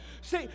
see